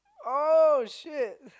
oh shit